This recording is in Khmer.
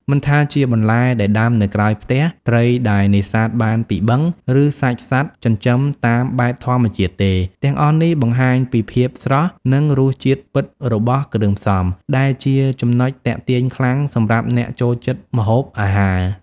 មិនថាជាបន្លែដែលដាំនៅក្រោយផ្ទះ ត្រីដែលនេសាទបានពីបឹង ឬសាច់សត្វចិញ្ចឹមតាមបែបធម្មជាតិទេ ទាំងអស់នេះបង្ហាញពីភាពស្រស់ និងរសជាតិពិតរបស់គ្រឿងផ្សំ ដែលជាចំណុចទាក់ទាញខ្លាំងសម្រាប់អ្នកចូលចិត្តម្ហូបអាហារ។